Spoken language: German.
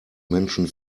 menschen